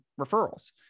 referrals